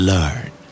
Learn